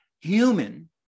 human